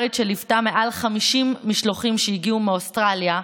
וטרינרית שליוותה מעל 50 משלוחים שהגיעו מאוסטרליה,